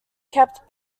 kept